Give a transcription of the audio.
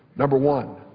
number one,